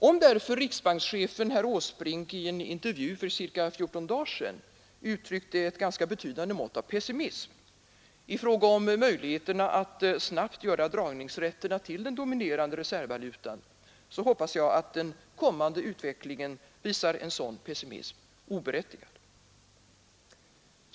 Om riksbankschefen herr Åsbrink därför i en intervju för ca 14 dagar sedan uttryckte ett ganska betydande mått av pessimism i fråga om möjligheterna att snabbt göra dragningsrätterna till den dominerande reservvalutan, så hoppas jag att den kommande utvecklingen visar att en sådan pessimism är oberättigad.